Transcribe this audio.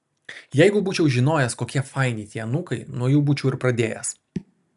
jeigu būčiau žinojęs kokie faini tie anūkai nuo jų būčiau ir pradėjęs